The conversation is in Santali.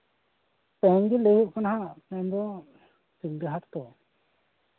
ᱠᱚᱢᱜᱮ ᱞᱟᱹᱭ ᱦᱩᱭᱩᱜ ᱠᱟᱱᱟ ᱦᱟᱜ ᱢᱮᱱᱫᱚ ᱥᱤᱞᱫᱟᱹ ᱦᱟᱴ ᱛᱚ